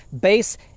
base